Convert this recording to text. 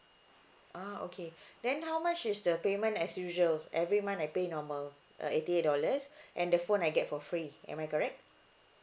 ah okay then how much is the payment as usual every month I pay normal uh eighty eight dollars and the phone I get for free am I correct